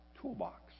toolbox